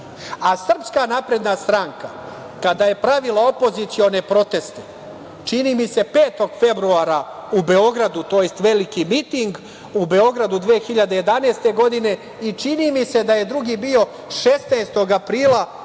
državnim udarom, a SNS kada je pravila opozicione proteste, čini mi se 5. februara u Beogradu, tj. veliki miting u Beogradu 2011. godine, čini mi se da je drugi bio 16. aprila